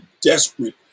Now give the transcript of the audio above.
desperate